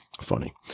Funny